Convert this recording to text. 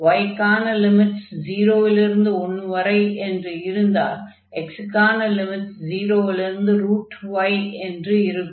y க்கான limits 0 லிருந்து 1 வரை என்று இருந்தால் x க்கான லிமிட்ஸ் 0 லிருந்து y என்று இருக்கும்